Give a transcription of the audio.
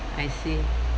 I see